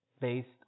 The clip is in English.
based